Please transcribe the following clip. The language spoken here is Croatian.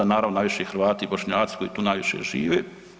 Naravno najviše Hrvati i Bošnjaci koji tu najviše žive.